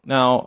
Now